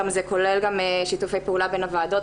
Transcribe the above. זה כולל גם שיתופי פעולה בין הוועדות,